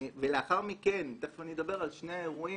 ולאחר מכן תיכף אני אדבר על שני האירועים,